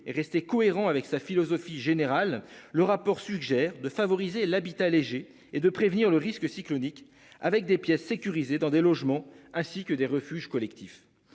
deux rester cohérent avec sa philosophie générale. Le rapport suggère de favoriser l'habitat léger et de prévenir le risque cyclonique avec des pièces sécurisées dans des logements ainsi que des refuges collectifs.